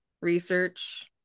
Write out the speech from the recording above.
research